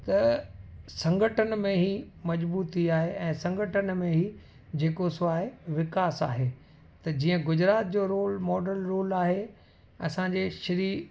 त संगठन में हीअ मजबूती आहे ऐं संगठन में हीउ जेको सो आहे विकास आहे त जीअं गुजरात जो रोल मॉडल रोल आहे असांजे श्री